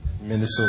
Minnesota